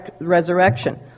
resurrection